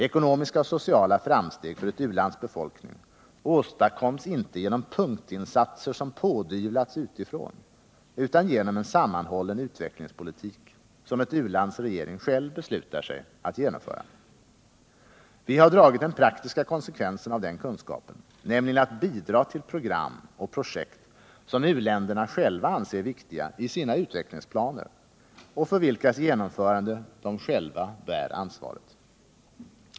Ekonomiska och sociala framsteg för ett u-lands befolkning åstadkoms inte genom punktinsatser som pådyvlats utifrån utan genom en sammanhållen utvecklingspolitik som ett u-lands regering själv beslutar sig för att genomföra. Vi har dragit den praktiska konsekvensen av denna kunskap, nämligen att bidra till program och projekt som u-länderna själva anser viktiga i sina utvecklingsplaner och för vilkas genomförande de själva bär ansvaret.